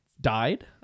died